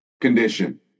condition